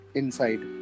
inside